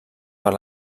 per